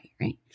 Right